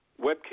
Webcam